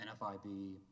NFIB